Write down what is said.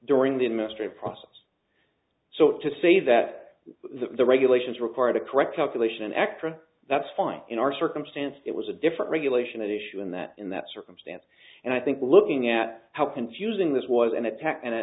during the administrative process so to say that the regulations required to correct operation extra that's fine in our circumstance it was a different regulation issue in that in that circumstance and i think looking at how confusing this was an attack